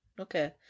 Okay